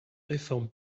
réforme